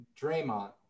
Draymond